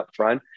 upfront